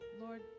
Lord